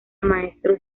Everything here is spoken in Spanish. maestros